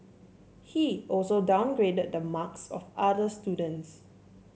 he also downgraded the marks of other students